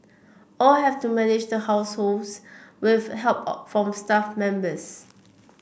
all have to manage the households with help of from staff members